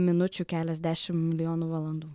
minučių keliasdešimt milijonų valandų